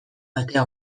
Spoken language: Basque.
atea